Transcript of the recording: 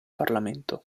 parlamento